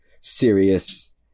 serious